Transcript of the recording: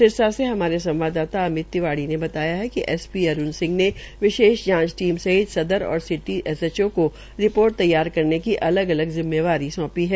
सिरसा से हमारे संवाददाता अमित तिवारी ने बताया कि एस पी अरूण सिंह ने विशेष जांच टीम सहित सदर और सिटी एस एच ओ को रिपोर्ट तौर करने की अलग अलग जिम्मेवारी सौंपी है